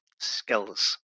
Skills